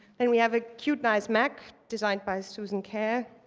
then we have a cute, nice mac designed by susan kare.